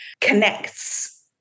connects